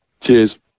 Cheers